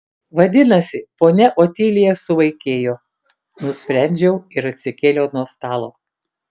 vadinasi ponia otilija suvaikėjo nusprendžiau ir atsikėliau nuo stalo